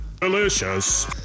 Delicious